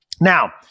Now